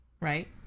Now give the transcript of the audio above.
right